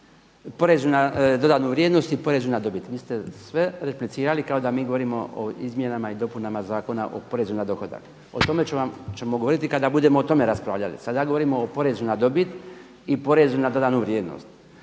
porezu na dodanu vrijednost i poreznu na dobit. Vi ste sve replicirali kao da mi govorimo o izmjenama i dopunama Zakona o porezu na dohodak. O tome ćemo govoriti kada budemo o tome raspravljali. Sada govorim o porezu na dobit i porezu na dodanu vrijednost.